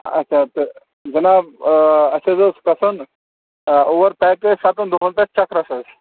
اچھا تہٕ جِناب اَسہِ حظ اوس گژھُن اور پٮ۪کیج سَتن دۄہَن پٮ۪ٹھ چکرَس حظ